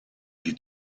die